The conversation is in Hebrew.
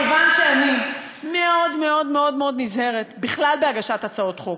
כיוון שאני מאוד מאוד מאוד נזהרת בכלל בהגשת הצעות חוק,